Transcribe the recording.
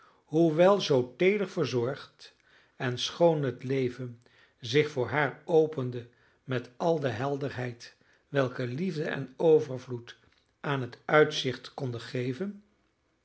hoewel zoo teeder verzorgd en schoon het leven zich voor haar opende met al de helderheid welke liefde en overvloed aan het uitzicht konden geven